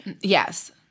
Yes